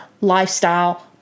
lifestyle